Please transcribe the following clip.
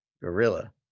Gorilla